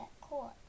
caught